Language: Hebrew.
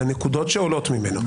על הנקודות שעולות ממנו.